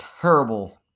terrible